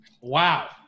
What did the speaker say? Wow